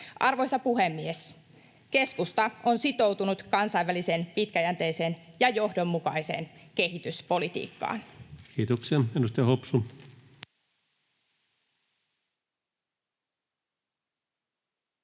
Arvoisa puhemies! Keskusta on sitoutunut kansainväliseen pitkäjänteiseen ja johdonmukaiseen kehityspolitiikkaan. Kiitoksia.